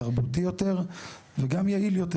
תרבותי יותר וגם יעיל יותר.